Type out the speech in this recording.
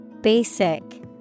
Basic